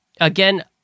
again